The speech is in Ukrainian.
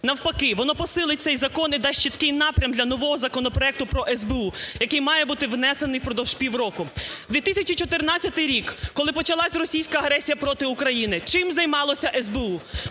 Навпаки, воно посилить цей закон і дасть чіткий напрям для нового законопроекту про СБУ, який має бути внесений впродовж півроку. 2014 рік, коли почалася російська агресія проти України, чим займалося СБУ?